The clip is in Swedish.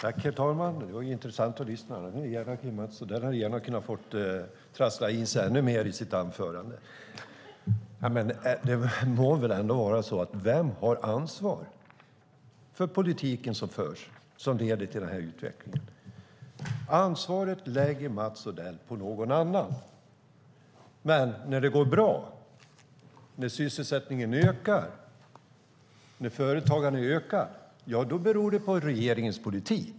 Herr talman! Det var intressant att lyssna. Mats Odell hade gärna kunnat få trassla in sig ännu mer i sitt anförande. Det må väl ändå vara så: Vem har ansvaret för den politik som förs som leder till denna utveckling? Ansvaret lägger Mats Odell på någon annan. När det går bra, när sysselsättningen ökar och när företagandet ökar beror det på regeringens politik.